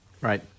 Right